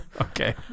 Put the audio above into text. Okay